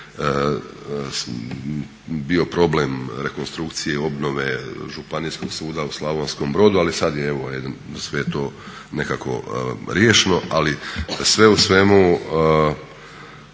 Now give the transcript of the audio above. bio problem rekonstrukcije, obnove Županijskog suda u Slavonskom Brodu. Ali sad je evo sve to nekako riješeno. Ali sve u svemu